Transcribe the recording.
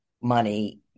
money